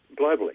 globally